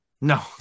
No